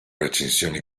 recensioni